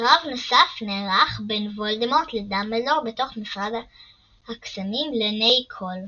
קרב נוסף נערך בין וולדמורט לדמבלדור בתוך משרד הקסמים לעיני כל.